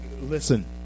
listen